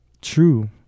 true